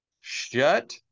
Shut